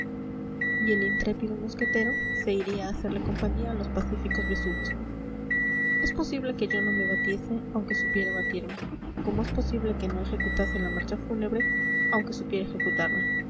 y el intrépido mosquetero se iría a hacerle compañía a los pacíficos besugos es posible que yo no me batiese aunque supiera batirme como es posible que no ejecutase la marcha fúnebre aunque supiera ejecutarla